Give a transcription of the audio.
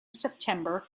september